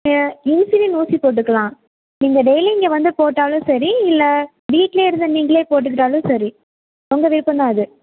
insulin ஊசி போட்டுக்குலாம் நீங்கள் டெய்லி இங்கே வந்து போட்டாலும் சரி இல்லை வீட்டிலே இருந்து நீங்களே போட்டுக்கிட்டாலும் சரி உங்க விருப்பந்தான் அது